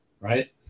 right